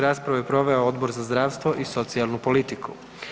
Raspravu je proveo Odbor za zdravstvo i socijalnu politiku.